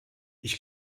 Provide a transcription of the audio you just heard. ich